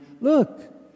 Look